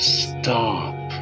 stop